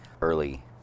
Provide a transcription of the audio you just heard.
early